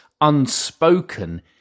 unspoken